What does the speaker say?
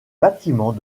bâtiments